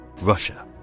Russia